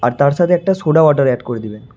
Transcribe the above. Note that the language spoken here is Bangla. আর তার সাথে একটা সোডা ওয়াটার অ্যাড করে দেবেন